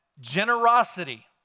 generosity